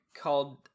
called